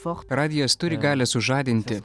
radijas turi galią sužadinti